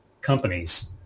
companies